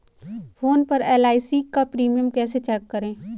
Phone पर LIC का premium कैसे चेक करें?